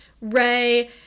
Ray